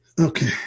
okay